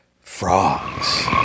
Frogs